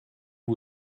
who